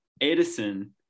Edison